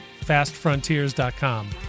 fastfrontiers.com